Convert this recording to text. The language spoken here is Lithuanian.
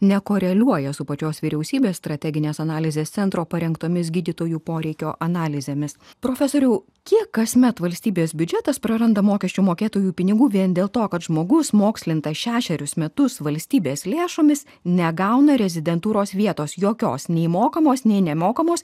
nekoreliuoja su pačios vyriausybės strateginės analizės centro parengtomis gydytojų poreikio analizėmis profesoriau kiek kasmet valstybės biudžetas praranda mokesčių mokėtojų pinigų vien dėl to kad žmogus mokslintas šešerius metus valstybės lėšomis negauna rezidentūros vietos jokios nei mokamos nei nemokamos